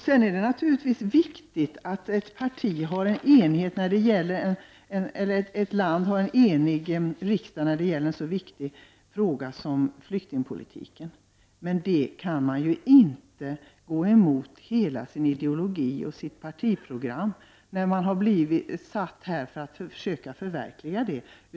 Det är naturligtvis viktigt att ett land har en enig riksdag när det gäller en så viktig fråga som flyktingpolitiken. Man kan inte gå emot hela sin ideologi och sitt partiprogram, när man har blivit satt här för att försöka förverkliga det.